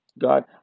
God